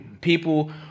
people